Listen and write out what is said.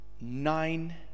nine